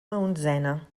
onzena